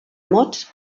mots